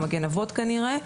מגן אבות כנראה,